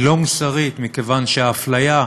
היא לא מוסרית, מכיוון שהאפליה,